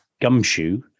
Gumshoe